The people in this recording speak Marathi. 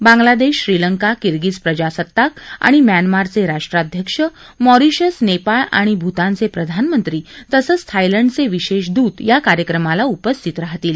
बांग्लादेश श्रीलंका किर्गीज प्रजासत्ताक आणि म्यानमारचे राष्ट्राध्यक्ष मॉरिशस नेपाळ आणि भूतानचे प्रधानमंत्री तसंच थायलंडचे विशेष दूत या कार्यक्रमाला उपस्थित राहतील